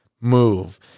move